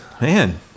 Man